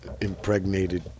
impregnated